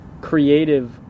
creative